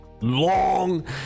long